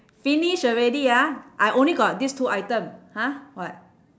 finish already ah I only got this two item !huh! what